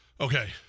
Okay